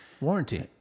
Warranty